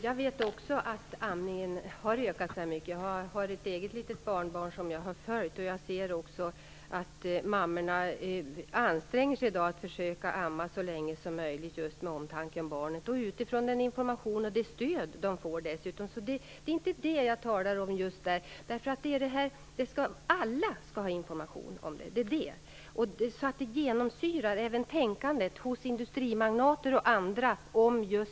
Herr talman! Också jag vet att amningen har ökat. Jag har ett eget litet barnbarn som jag har följt, och jag ser att mammorna i dag utifrån det stöd och den information som de får anstränger sig för att försöka amma så länge som möjligt just av omtanke om barnen. Men det är inte detta som jag talar om, utan jag anser att alla skall ha den informationen så att ansvaret för barnens hälsa genomsyrar tänkandet hos industrimagnater och andra.